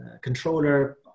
controller